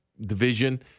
division